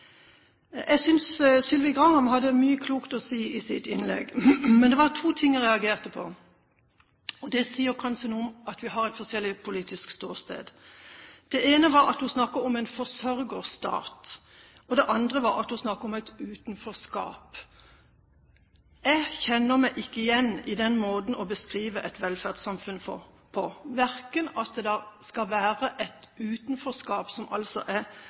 Jeg synes Sylvi Graham hadde mye klokt å si i sitt innlegg, men det var to ting jeg reagerte på, og det sier kanskje noe om at vi har forskjellig politisk ståsted. Det ene var at hun snakket om en forsørgerstat, og det andre var at hun snakket om et utenforskap. Jeg kjenner meg ikke igjen i den måten å beskrive et velferdssamfunn på, verken at det skal være et utenforskap, som altså er